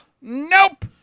Nope